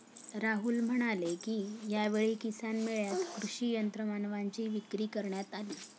राहुल म्हणाले की, यावेळी किसान मेळ्यात कृषी यंत्रमानवांची विक्री करण्यात आली